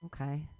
Okay